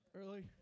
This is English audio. early